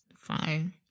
fine